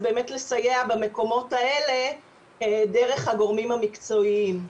אז באמת לסייע במקומות האלה דרך הגורמים המקצועיים.